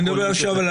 אני מדבר עכשיו על